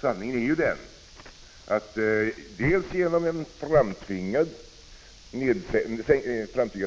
Sanningen är ju den att dels genom en framtvingad